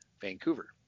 Vancouver